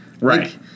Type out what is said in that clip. Right